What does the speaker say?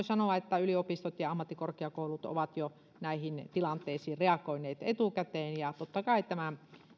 sanoa että yliopistot ja ammattikorkeakoulut ovat näihin tilanteisiin reagoineet tässä jo etukäteen ja totta kai tämän